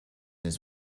his